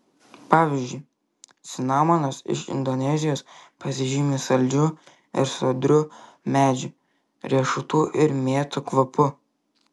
pavyzdžiui cinamonas iš indonezijos pasižymi saldžiu ir sodriu medžių riešutų ir mėtų kvapu